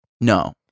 No